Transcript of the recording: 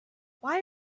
why